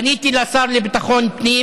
פניתי לשר לביטחון פנים